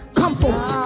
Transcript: comfort